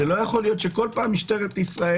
ולא יכול להיות שכל פעם משטרת ישראל